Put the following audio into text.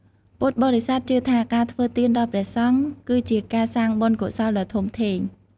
ពុទ្ធបរិស័ទជឿថា ការធ្វើទានដល់ព្រះសង្ឃ គឺជាការសាងបុណ្យកុសលដ៏ធំធេង។